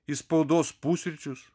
į spaudos pusryčius